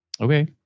Okay